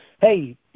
hey